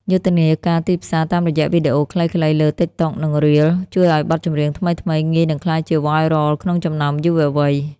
យុទ្ធនាការទីផ្សារតាមរយៈវីដេអូខ្លីៗលើ TikTok និង Reels ជួយឱ្យបទចម្រៀងថ្មីៗងាយនឹងក្លាយជា "Viral" ក្នុងចំណោមយុវវ័យ។